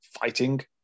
fighting